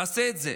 תעשה את זה.